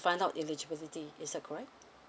find out eligibility is that correct